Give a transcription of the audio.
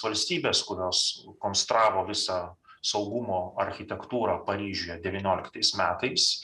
valstybės kurios konstravo visą saugumo architektūrą paryžiuje devynioliktais metais